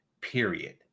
period